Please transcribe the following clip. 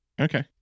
Okay